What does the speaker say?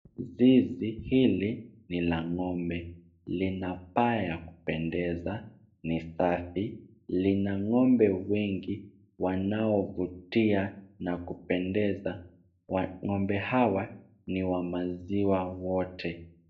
Zizi hili ni la ng'ombe. Lina paa ya kupendeza, ni safi. Lina ng'ombe wengi wanaovutia na kupendeza. Ng'ombe hawa ni wa maziwa wote.